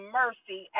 mercy